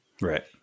Right